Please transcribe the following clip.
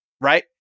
right